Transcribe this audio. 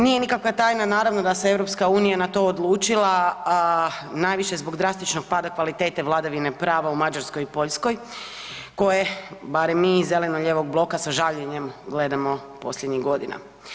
Nije nikakva tajna naravno da se EU na to odlučila, a najviše zbog drastičnog pada kvalitete vladavine prava u Mađarskoj i Poljskoj koje, barem mi iz zeleno-lijevog bloka sa žaljenjem gledamo posljednjih godina.